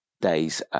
days